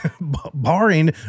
Barring